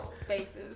Spaces